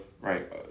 right